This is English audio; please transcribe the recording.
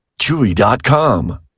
Chewy.com